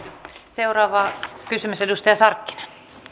seuraava kysymys edustaja sarkkinen